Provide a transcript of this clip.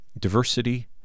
diversity